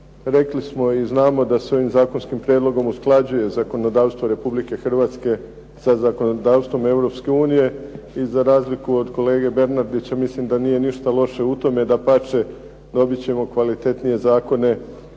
Rekli smo i znamo da se ovim zakonskim prijedlogom usklađuje zakonodavstvo RH sa zakonodavstvom EU i za razliku od kolege Bernardića mislim da nije ništa loše u tome, dapače dobit ćemo kvalitetnije zakone